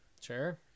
Sure